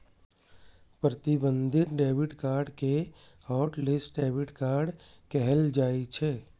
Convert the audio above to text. प्रतिबंधित debit card कें hotlist debit card कहल जाइ छै